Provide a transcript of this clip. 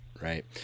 Right